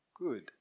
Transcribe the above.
good